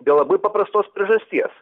dėl labai paprastos priežasties